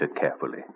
carefully